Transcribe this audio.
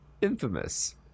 Infamous